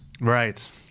Right